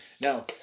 Now